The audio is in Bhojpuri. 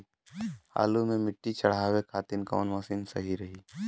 आलू मे मिट्टी चढ़ावे खातिन कवन मशीन सही रही?